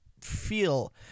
feel